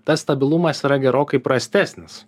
tas stabilumas yra gerokai prastesnis